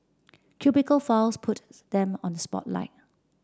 cubicle files put them on spotlight